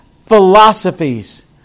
philosophies